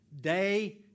day